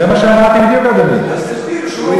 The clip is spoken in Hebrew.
זה מה שאמרתי בדיוק, אדוני.